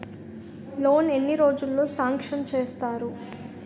Loan ఎన్ని రోజుల్లో sanction చేస్తారు?